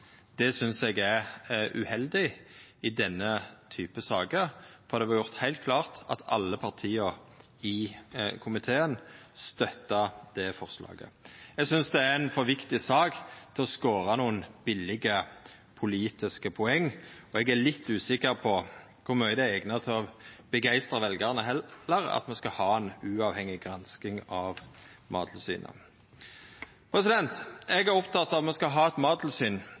Det synest eg er uheldig i denne typen saker, for det var gjort heilt klart at alle partia i komiteen støtta det forslaget. Eg synest denne saka er for viktig til å scora nokre billege politiske poeng, og eg er litt usikker på kor mykje det er eigna til å begeistra veljarane at me skal ha ei uavhengig gransking av Mattilsynet. Eg er oppteken av at me skal ha eit mattilsyn